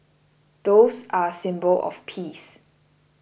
doves are a symbol of peace